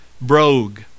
brogue